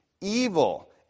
evil